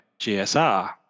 GSR